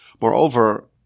Moreover